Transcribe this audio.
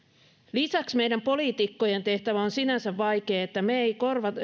lisäksi meidän poliitikkojen tehtävä on sinänsä vaikea että me emme